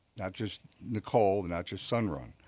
not just nicole and not just sun run,